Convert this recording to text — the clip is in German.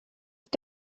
ist